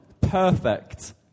perfect